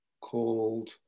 called